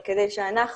אבל כדי שאנחנו